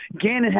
Gannon